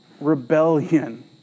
rebellion